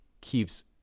keeps